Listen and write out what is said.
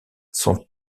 sont